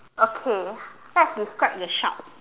okay let's describe the shark